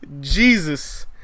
Jesus